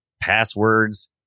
passwords